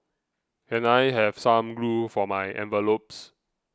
can I have some glue for my envelopes